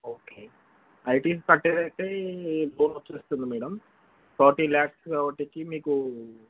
okay IT కట్టేరైతే loan వచ్చేస్తుంది madam forty lakhs అటొచ్చి మీకు